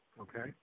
Okay